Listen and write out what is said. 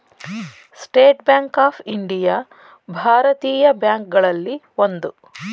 state Bank of India ಭಾರತೀಯ bank ಗಳಲ್ಲಿ ಒಂದು